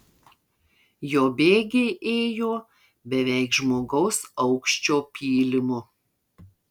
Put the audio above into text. jo bėgiai ėjo beveik žmogaus aukščio pylimu